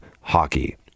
Hockey